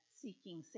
seeking